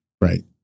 right